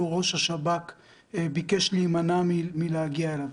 ראש השב"כ ביקש להימנע מלהגיע אליו,